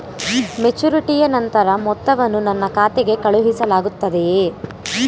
ಮೆಚುರಿಟಿಯ ನಂತರ ಮೊತ್ತವನ್ನು ನನ್ನ ಖಾತೆಗೆ ಕಳುಹಿಸಲಾಗುತ್ತದೆಯೇ?